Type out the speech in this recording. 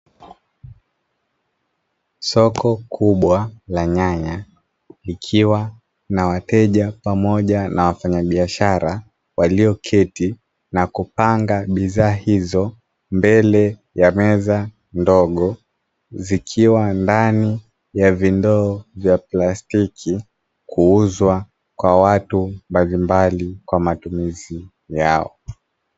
Soko kubwa la nyanya likiwa na wateja pamoja na wafanyabiashara, walioketi na kupanga bidhaa hizo mbele ya meza ndogo, zikiwa ndani ya vindoo vya plastiki kuuzwa kwa watu mbalimbali kwa matumizi yao.